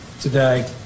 today